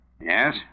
Yes